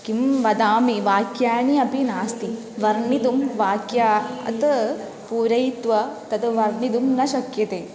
किं वदामि वाक्यानि अपि नास्ति वर्णयितुं वाक्यात् पूरयित्वा तद् वर्णयितुं न शक्यते